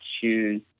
choose